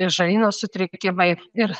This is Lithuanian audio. ir žarnyno sutrikimai ir